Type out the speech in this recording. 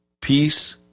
peace